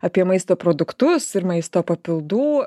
apie maisto produktus ir maisto papildų